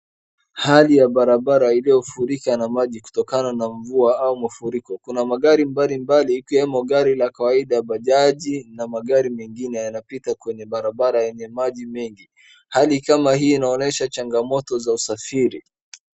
Hali ya barabara iliyofurika na maji kutokana na mvua au mafuriko. Kuna magari mbalimbali ikiwemo gari la kawaida, bajaji na magari mengine yanapita kwenye barabara yenye maji mengi. Hali kama hii inaonyesha changamoto za usafiri